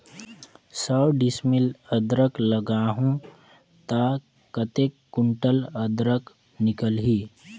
सौ डिसमिल अदरक लगाहूं ता कतेक कुंटल अदरक निकल ही?